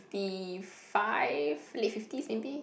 ~ty five late fifties maybe